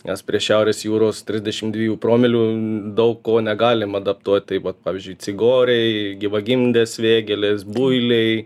nes prie šiaurės jūros trisdešim dviejų promilių daug ko negalim adaptuot taip vat pavyzdžiui cigoriai gyvagimdės vėgėlės builiai